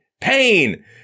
pain